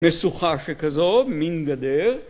משוכה שכזו, מין גדר.